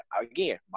again